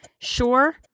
Sure